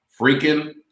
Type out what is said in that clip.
freaking